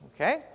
Okay